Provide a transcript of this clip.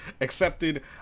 accepted